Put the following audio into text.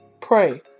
pray